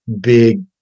big